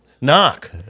knock